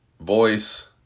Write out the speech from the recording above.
voice